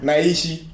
Naishi